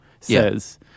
says